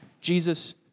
Jesus